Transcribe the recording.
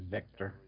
Vector